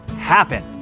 happen